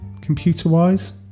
computer-wise